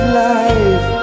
life